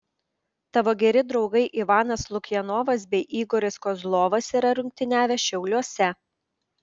tavo geri draugai ivanas lukjanovas bei igoris kozlovas yra rungtyniavę šiauliuose